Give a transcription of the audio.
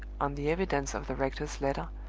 on the evidence of the rector's letter,